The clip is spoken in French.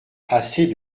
assez